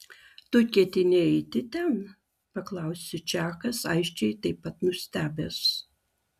tu ketini eiti ten paklausė čakas aiškiai taip pat nustebęs